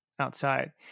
outside